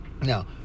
Now